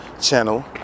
channel